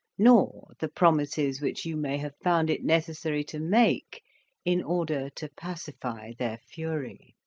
nor the promises which you may have found it necessary to make in order to pacify their fury.